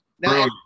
Now